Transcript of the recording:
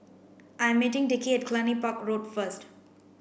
I'm meeting Dickie at Cluny Park Road first